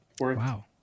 wow